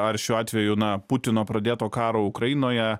ar šiuo atveju na putino pradėto karo ukrainoje